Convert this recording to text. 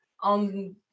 on